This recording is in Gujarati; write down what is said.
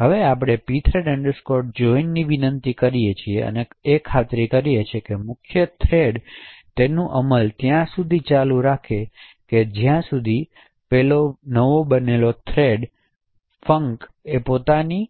હવે આપણે pthread join ની વિનંતી કરીએ છીએ ખાતરી કરવા માટેકે મુખ્ય થ્રેડ તેની અમલ ચાલુ રાખતા પહેલા થ્રેડ ફન્કની